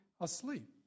asleep